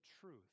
truth